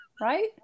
right